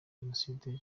jenoside